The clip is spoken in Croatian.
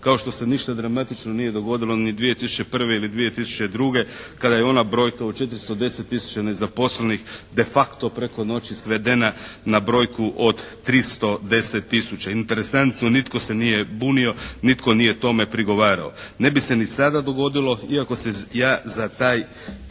kao što se ništa dramatično nije dogodilo ni 2001. ili 2002. kada je ona brojka od 410 tisuća nezaposlenih de facto preko noći svedena na brojku od 310 tisuća. Interesantno, nitko se nije bunio, nitko nije tome prigovarao. Ne bi se ni sada dogodilo, iako se ja za taj